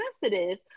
sensitive